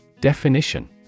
Definition